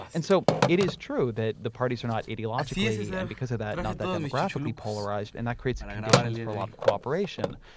and so, it is true that the parties are not ideologically and, because of that, not that demographically polarized and that creates the conditions for a lot of cooperation.